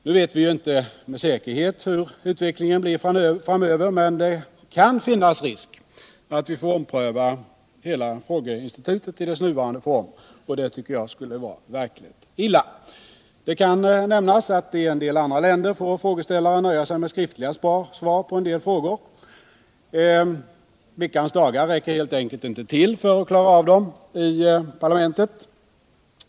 Nu vet vi inte med säkerhet hur utvecklingen blir framöver, men det kan finnas en risk för att vi får ompröva hela frågeinstitutet i dess nuvarande form, och det tycker jag skulle vara verkligt illa. Det kan nämnas att frågeställare i vissa andra länder får nöja sig med skriftliga svar på en del frågor. Veckans dagar räcker helt enkelt inte till för att klara av dem i parlamentet.